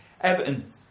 Everton